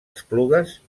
esplugues